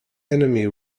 enemy